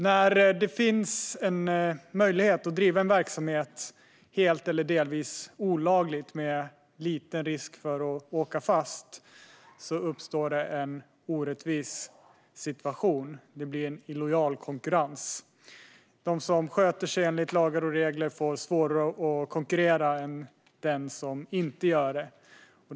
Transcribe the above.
När det finns möjlighet att driva en verksamhet helt eller delvis olagligt med liten risk för att åka fast uppstår en orättvis situation med illojal konkurrens. De som sköter sig enligt lagar och regler får svårare att konkurrera än de som inte gör det.